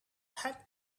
had